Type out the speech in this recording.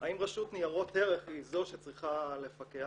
האם הרשות לניירות ערך היא זו שצריכה לפקח,